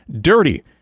dirty